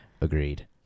Agreed